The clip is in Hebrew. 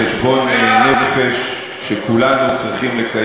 חשבון נפש שכולנו צריכים לקיים,